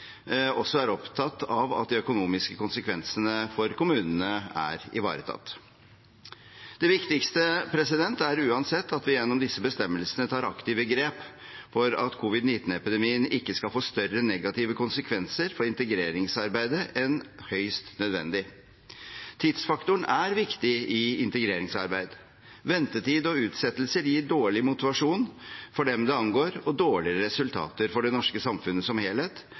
også er opptatt av at de økonomiske konsekvensene for kommunene er ivaretatt. Det viktigste er uansett at vi gjennom disse bestemmelsene tar aktive grep for at covid-19-epidemien ikke skal få større negative konsekvenser for integreringsarbeidet enn høyst nødvendig. Tidsfaktoren er viktig i integreringsarbeid. Ventetid og utsettelser gir dårlig motivasjon for dem det angår, og dårligere resultater for det norske samfunnet som helhet.